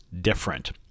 different